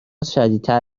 شدیدتر